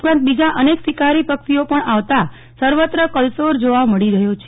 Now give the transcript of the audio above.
ઉપરાંત બીજા અને સીકારી પક્ષીીઓ પણ આવતા સર્વત્ર કલસોર જોવા મળી રહ્યો છે